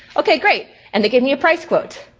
okay great and they gave me a price quote.